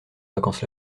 vacances